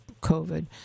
COVID